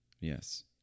Yes